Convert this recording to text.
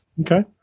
Okay